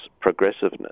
progressiveness